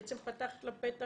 בעצם פתחת לה פתח